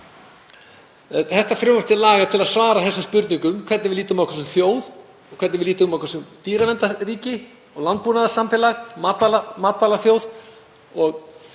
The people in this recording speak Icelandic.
Þetta frumvarp til laga er til að svara þessum spurningum, hvernig við lítum á okkur sem þjóð, hvernig við lítum á okkur sem dýraverndarríki og landbúnaðarsamfélag, matvælaþjóð og